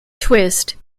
twist